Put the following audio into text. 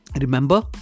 remember